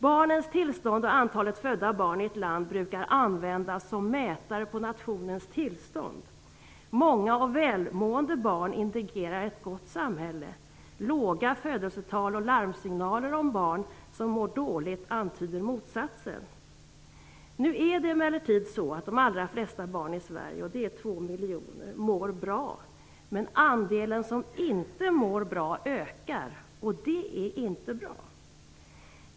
Barnens tillstånd och antalet födda barn i ett land brukar användas som mätare på nationens tillstånd. Många och välmående barn indikerar ett gott samhälle. Låga födelsetal och larmsignaler om barn som mår dåligt antyder motsatsen. Nu är det emellertid så att de allra flesta barn i Sverige - det är 2 miljoner - mår bra. Men andelen som inte mår bra ökar, och det är inte bra.